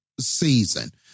season